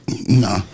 No